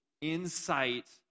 insight